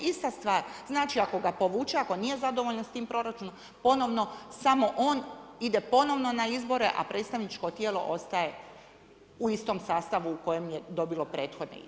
Ista stvar, znači ako ga povuče, ako nije zadovoljan sa tim proračunom, ponovno samo on ide ponovno na izbore a predstavničko tijelo ostaje u istom sastavu u kojem je dobilo prethodne izbore.